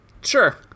Sure